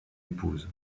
épouse